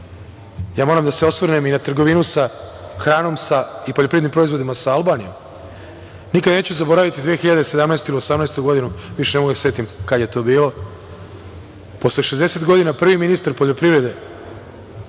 evra. Moram da se osvrnem i na trgovinu sa hranom i poljoprivrednim proizvodima sa Albanijom. Nikada neću zaboraviti 2017. ili 2018. godinu, više ne mogu da se setim kada je to bilo, posle 60 godina prvi ministar poljoprivrede